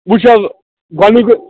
وُچھ حظ گۄڈنیُک